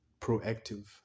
proactive